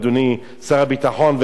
אדוני שר הביטחון.